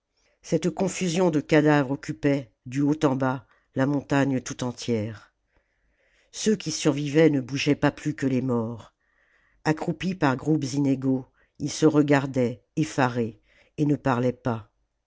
cette confusion de cadavres occupait du haut en bas la montagne tout entière ceux qui survivaient ne bougeaient pas plus que les morts accroupis par groupes inégaux ils se regardaient effarés et ne parlaient pas